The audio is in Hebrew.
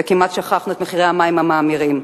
וכמעט שכחנו את מחירי המים המאמירים.